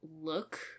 look